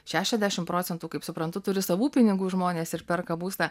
šešiasdešimt procentų kaip suprantu turi savų pinigų žmonės ir perka būstą